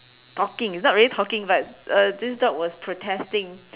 talking it's not really talking but uh this dog was protesting